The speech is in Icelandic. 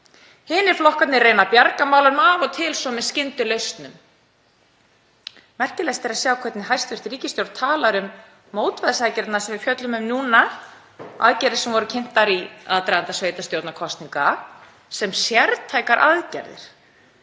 Hinir flokkarnir reyna að bjarga málunum af og til með skyndilausnum. Merkilegast er að sjá hvernig hæstv. ríkisstjórn talar um mótvægisaðgerðirnar sem við fjöllum um núna, aðgerðir sem voru kynntar í aðdraganda sveitarstjórnarkosninga sem sértækar aðgerðir